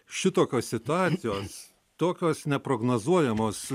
šitokios situacijos tokios neprognozuojamos